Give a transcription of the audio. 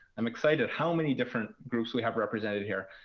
i'm excited how many different groups we have represented here.